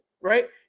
right